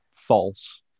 false